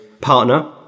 partner